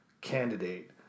candidate